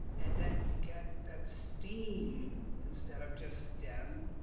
and then you get that steam instead of just stem.